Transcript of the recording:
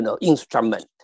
instrument